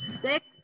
Six